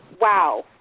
wow